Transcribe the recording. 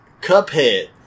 Cuphead